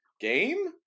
game